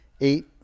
eight